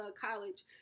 college